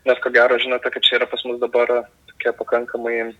nes ko gero žinote kad čia yra pas mus dabar pakankamai